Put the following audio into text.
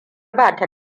bata